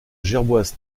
gerboise